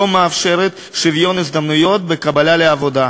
מאפשרת שוויון הזדמנויות בקבלה לעבודה.